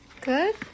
Good